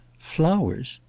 flowers?